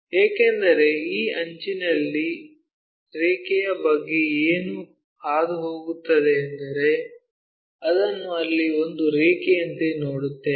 ಏಕೆಂದರೆ ಈ ಅಂಚಿನಲ್ಲಿ ರೇಖೆಯ ಬಗ್ಗೆ ಏನು ಹಾದುಹೋಗುತ್ತದೆ ಎಂದರೆ ಅದನ್ನು ಅಲ್ಲಿ ಒಂದು ರೇಖೆಯoತೆ ನೋಡುತ್ತೇವೆ